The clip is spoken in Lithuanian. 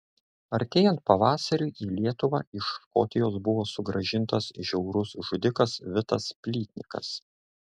artėjant pavasariui į lietuvą iš škotijos buvo sugrąžintas žiaurus žudikas vitas plytnikas